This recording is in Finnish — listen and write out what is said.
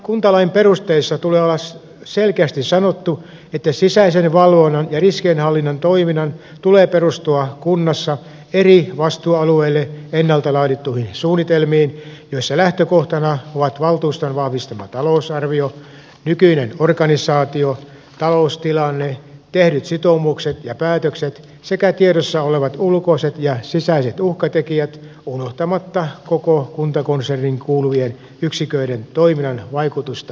kuntalain perusteissa tulee olla selkeästi sanottu että sisäisen valvonnan ja riskienhallinnan toiminnan tulee perustua kunnassa eri vastuualueille ennalta laadittuihin suunnitelmiin joissa lähtökohtana ovat valtuuston vahvistama talousarvio nykyinen organisaatio taloustilanne tehdyt sitoumukset ja päätökset sekä tiedossa olevat ulkoiset ja sisäiset uhkatekijät unohtamatta koko kuntakonserniin kuuluvien yksiköiden toiminnan vaikutusta peruskuntaan